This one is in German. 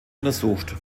untersucht